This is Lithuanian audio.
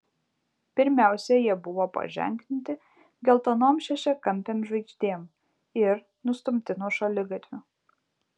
pirmiausia jie buvo paženklinti geltonom šešiakampėm žvaigždėm ir nustumti nuo šaligatvių